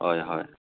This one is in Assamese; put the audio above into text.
হয় হয়